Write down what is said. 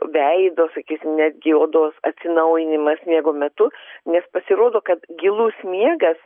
veido sakysim netgi odos atsinaujinimas miego metu nes pasirodo kad gilus miegas